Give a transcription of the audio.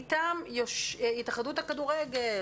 מטעם התאחדות הכדורגל,